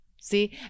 See